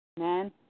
Amen